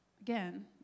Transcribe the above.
again